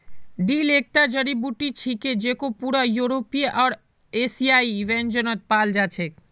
dill एकता जड़ी बूटी छिके जेको पूरा यूरोपीय आर एशियाई व्यंजनत पाल जा छेक